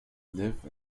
live